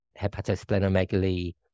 hepatosplenomegaly